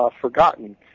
Forgotten